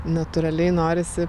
natūraliai norisi